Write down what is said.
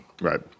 Right